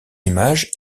images